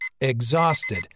Exhausted